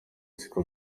siko